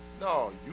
No